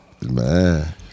Man